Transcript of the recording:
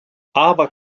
aber